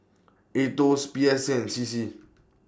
Aetos P S A and C C